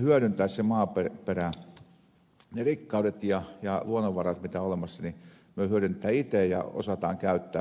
hyödyntää maaperän ne rikkaudet ja luonnonvarat mitä on olemassa jotta me hyödynnämme ne itse ja osaamme niitä käyttää